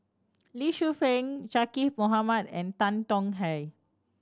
Lee Shu Fen Zaqy Mohamad and Tan Tong Hye